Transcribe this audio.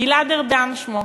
גלעד ארדן שמו,